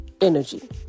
energy